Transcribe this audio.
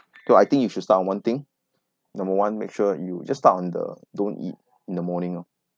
so I think you should start one thing number one make sure you just start on the don't eat in the morning lor